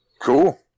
Cool